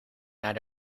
naar